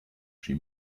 she